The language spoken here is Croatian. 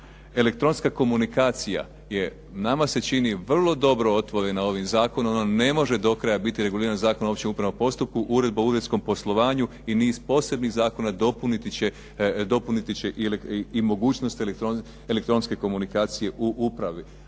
Elektronska komunikacija je nama se čini vrlo dobro otvorena ovim zakonom, ona ne može do kraja biti regulirana Zakonom o općem upravnom postupku, Uredba o uredskom poslovanju i niz posebnih zakona dopuniti će i mogućnost elektronske komunikacije u upravi.